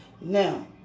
Now